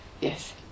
yes